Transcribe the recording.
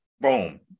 boom